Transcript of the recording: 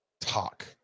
talk